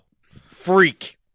Freak